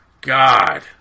God